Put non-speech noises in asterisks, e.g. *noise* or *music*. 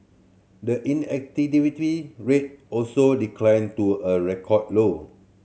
the *unintelligible* rate also declined to a record low